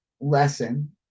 lesson